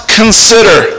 consider